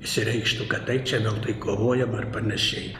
išsireikštų kad tai čia veltui kovojam ar panašiai